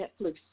Netflix